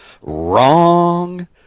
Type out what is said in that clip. Wrong